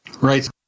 Right